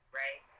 right